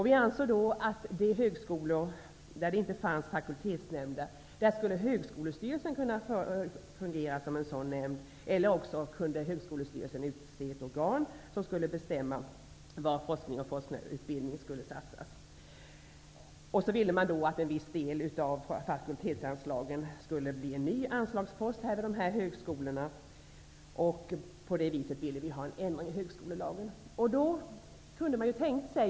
Vi ansåg att vid de högskolor där det inte fanns någon fakultetsnämnd skulle högskolestyrelsen kunna fungera som en sådan nämnd, eller annars kunde högskolestyrelsen utse ett organ som skulle bestämma var forskningsoch forskarutbildningspengarna skulle satsas. En viss del av fakultetsanslagen skulle då bli en ny anslagspost för dessa högskolor. På det viset ville vi ha till stånd en ändring i högskolelagen.